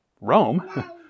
Rome